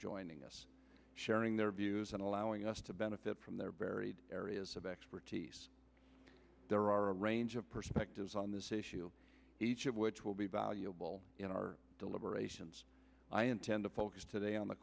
joining us sharing their views and allowing us to benefit from their buried areas of expertise there are a range of perspectives on this issue each of which will be valuable in our deliberations i intend to focus today on the